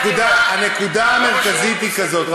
והנקודה המרכזית היא כזאת,